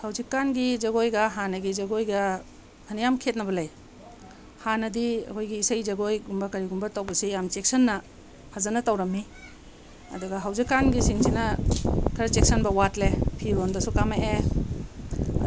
ꯍꯧꯖꯤꯛꯀꯥꯟꯒꯤ ꯖꯒꯣꯏꯒ ꯍꯥꯟꯅꯒꯤ ꯖꯒꯣꯏꯒ ꯐꯅ ꯌꯥꯝ ꯈꯦꯠꯅꯕ ꯂꯩ ꯍꯥꯟꯅꯗꯤ ꯑꯩꯈꯣꯏꯒꯤ ꯏꯁꯩ ꯖꯒꯣꯏꯒꯨꯝꯕ ꯀꯔꯤꯒꯨꯝꯕ ꯇꯧꯕꯁꯦ ꯌꯥꯝ ꯆꯦꯛꯁꯤꯟꯅ ꯐꯖꯅ ꯇꯧꯔꯝꯃꯤ ꯑꯗꯨꯒ ꯍꯧꯖꯤꯛꯀꯥꯟꯒꯤ ꯁꯤꯡꯁꯤꯅ ꯈꯔ ꯆꯦꯛꯁꯤꯟꯕ ꯋꯥꯠꯂꯦ ꯐꯤꯔꯣꯜꯗꯁꯨ ꯀꯥꯝꯃꯛꯑꯦ